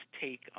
take